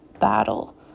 battle